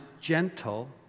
gentle